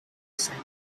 excited